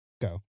go